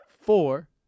Four